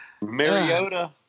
Mariota